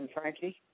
Frankie